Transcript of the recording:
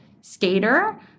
skater